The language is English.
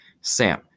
Sam